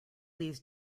these